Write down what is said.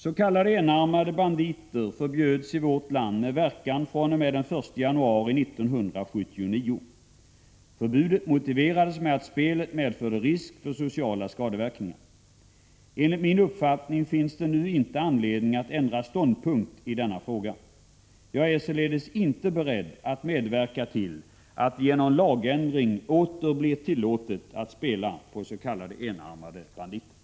S.k. enarmade banditer förbjöds i vårt land med verkan fr.o.m. den 1 januari 1979. Förbudet motiverades med att spelet medförde risk för sociala skadeverkningar. Enligt min uppfattning finns det nu inte anledning att ändra ståndpunkt i denna fråga. Jag är således inte beredd att medverka till att det genom lagändring åter blir tillåtet att spela på s.k. enarmade banditer.